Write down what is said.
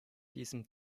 diesem